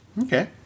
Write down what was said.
Okay